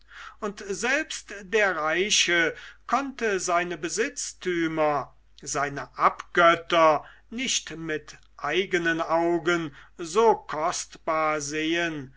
und selbst der reiche konnte seine besitztümer seine abgötter nicht mit eigenen augen so kostbar sehen